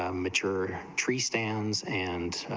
um mature tree stands and